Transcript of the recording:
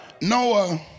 Noah